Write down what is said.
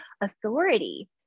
authority